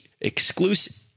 exclusive